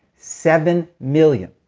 seven million